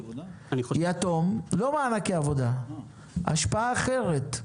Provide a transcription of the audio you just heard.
זה לא בנושא מענקי עבודה אבל זו השפעה אחרת.